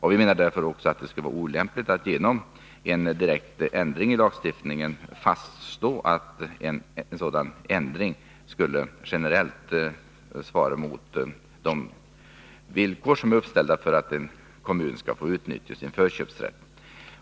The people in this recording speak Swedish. Därför menar vi också att det skulle vara olämpligt att genom en direkt ändring av lagstiftningen fastslå att en ändrad lägenhetsindelning generellt skulle svara mot de villkor som är uppställda för att en kommun skall få utnyttja sin förköpsrätt.